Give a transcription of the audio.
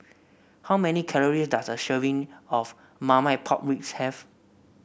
how many calories does a serving of Marmite Pork Ribs have